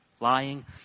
lying